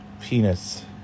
Penis